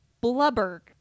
Blubber